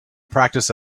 practice